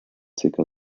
zirka